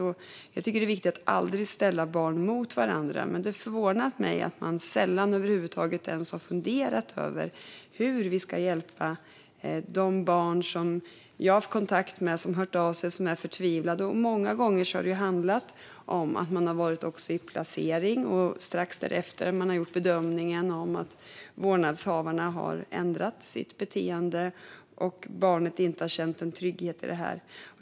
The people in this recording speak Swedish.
Jag tycker att det är viktigt att aldrig ställa barn mot varandra, men det har förvånat mig att man sällan över huvud taget ens har funderat över hur vi ska hjälpa de här andra barnen. Det är barn som jag har haft kontakt med. De har hört av sig och varit förtvivlade. Många gånger har det handlat om att de har varit i placering och att man strax därefter har gjort bedömningen att vårdnadshavarna har ändrat sitt beteende. Barnet har då inte känt en trygghet i detta.